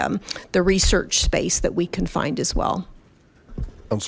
the research space that we can find as well i'm